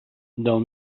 del